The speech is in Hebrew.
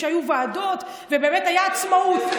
שהיו ועדות ובאמת הייתה עצמאות.